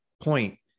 point